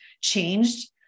changed